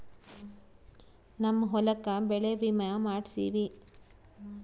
ನಮ್ ಹೊಲಕ ಬೆಳೆ ವಿಮೆ ಮಾಡ್ಸೇವಿ